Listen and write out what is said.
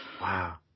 Wow